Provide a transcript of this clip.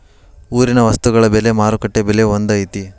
ಊರಿನ ವಸ್ತುಗಳ ಬೆಲೆ ಮಾರುಕಟ್ಟೆ ಬೆಲೆ ಒಂದ್ ಐತಿ?